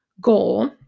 goal